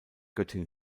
göttin